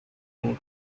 route